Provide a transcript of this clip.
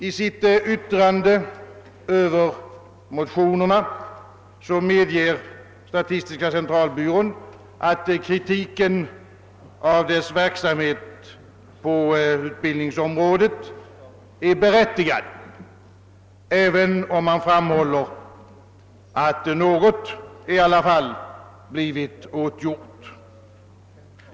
I sitt yttrande över motionerna medger statistiska centralbyrån att kritiken av dess verksamhet på utbildningsområdet är berättigad, låt vara att man framhåller att något i alla fall blivit åtgjort.